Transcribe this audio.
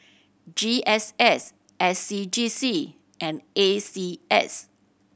G S S S C G C and A C S